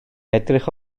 edrych